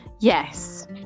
Yes